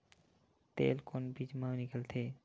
तेल कोन बीज मा निकलथे?